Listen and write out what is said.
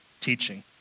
teaching